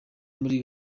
muri